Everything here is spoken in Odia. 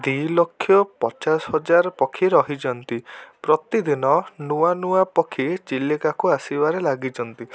ଦୁଇଲକ୍ଷ ପଚାଶ ହଜାର ପକ୍ଷୀ ରହିଛନ୍ତି ପ୍ରତିଦିନ ନୂଆନୂଆ ପକ୍ଷୀ ଚିଲିକାକୁ ଆସିବାରେ ଲାଗିଛନ୍ତି